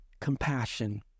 compassion